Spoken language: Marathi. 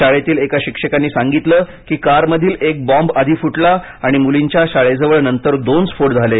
शाळेतील एका शिक्षकांनी सांगितलं की कारमधील एक बाँब आधी फुटला आणि मुलींच्या शाळेजवळ नंतर दोन स्फोट झाले